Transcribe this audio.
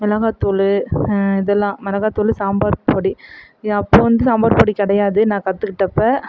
மிளகாய் தூள் இதெல்லாம் மிளகாத்தூள் சாம்பார் பொடி இது அப்போ வந்து சாம்பார் பொடி கிடையாது நான் கற்றுக்கிட்டப்ப